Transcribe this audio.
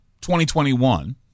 2021